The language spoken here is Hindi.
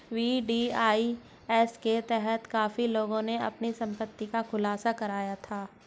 वी.डी.आई.एस के तहत काफी लोगों ने अपनी संपत्ति का खुलासा करा था